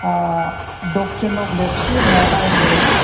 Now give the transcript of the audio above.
doctrine अफ lapse होननाय आयेनजों